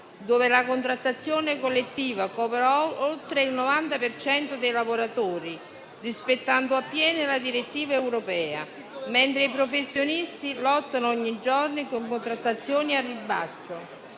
dove la contrattazione collettiva copre oltre il 90 per cento dei lavoratori, rispettando a pieno la direttiva europea, mentre i professionisti lottano ogni giorno con contrattazioni al ribasso,